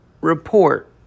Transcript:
report